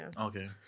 Okay